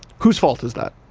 whose fault is that?